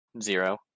Zero